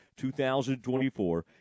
2024